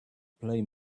play